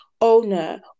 owner